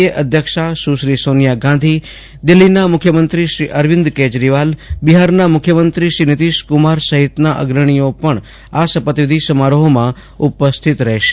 એ અધ્યક્ષ સુશ્રી સોનિયા ગાંધી દિલ્ફીના મુખ્યમંત્રી અરવિંદ કેજરીવાલ બિફારના મુખ્યમંત્રીશ્રી નીતિશકુમાર સહિતના અગ્રણીઓ શપથવિધિ સમારોહમાં ઉપસ્થિત રહેશે